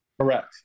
Correct